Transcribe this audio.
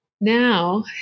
Now